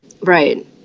right